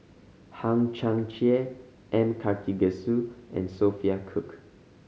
Hang Chang Chieh M Karthigesu and Sophia Cooke